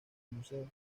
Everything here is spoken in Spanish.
museo